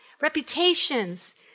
reputations